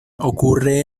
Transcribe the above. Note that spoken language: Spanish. ocurre